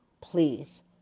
please